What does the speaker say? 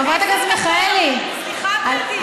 חברת הכנסת מיכאלי, סליחה, גברתי.